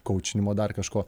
kaučinimo dar kažko